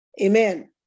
amen